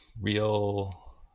real